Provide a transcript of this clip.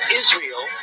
israel